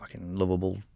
lovable